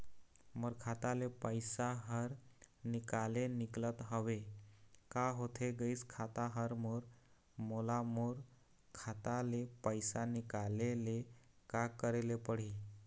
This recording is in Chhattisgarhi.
मोर खाता ले पैसा हर निकाले निकलत हवे, का होथे गइस खाता हर मोर, मोला मोर खाता ले पैसा निकाले ले का करे ले पड़ही?